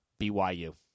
BYU